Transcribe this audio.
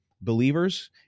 believers